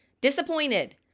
disappointed